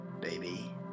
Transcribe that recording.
baby